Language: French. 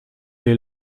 est